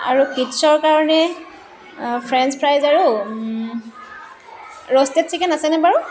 আৰু কিডছৰ কাৰণে ফ্ৰেন্স ফ্ৰাইছ আৰু ৰ'ষ্টেড চিকেন আছেনে বাৰু